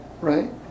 Right